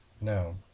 no